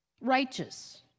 righteous